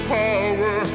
power